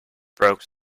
broke